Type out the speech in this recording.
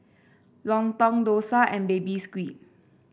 lontong dosa and Baby Squid